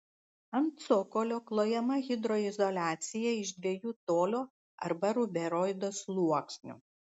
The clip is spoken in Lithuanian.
ant cokolio klojama hidroizoliacija iš dviejų tolio arba ruberoido sluoksnių